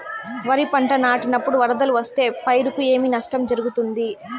వరిపంట నాటినపుడు వరదలు వస్తే పైరుకు ఏమి నష్టం జరుగుతుంది?